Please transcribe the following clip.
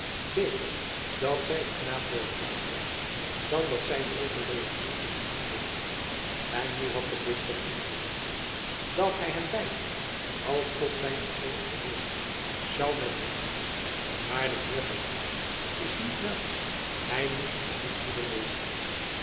beter dat zij den knaap dood waande dan dat zij een hopelooze liefde voor hem bleef voeden en nu had de bisschop ons beloofd dat hij hen beiden als tot zijn gevolg behoorende zou met zich voeren maar de heer van aylva is niet wel hij moest wat schrikpoeder nemen